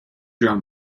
drown